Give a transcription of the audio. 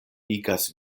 igas